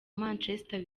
manchester